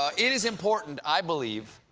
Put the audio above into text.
ah it is important, i believe,